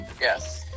Yes